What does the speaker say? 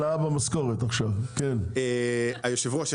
היושב ראש,